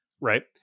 right